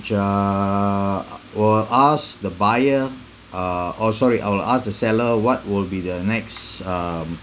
uh or ask the buyer uh oh sorry I'll ask the seller what will be the next um